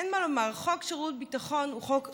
אין מה לומר, חוק שירות ביטחון הוא חוק חשוב,